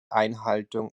einhaltung